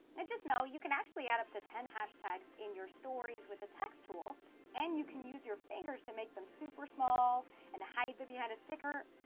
now just know you can actually add up to ten hashtags in your stories with the text tool and you can use your fingers to make them super small and hide them behind a sticker.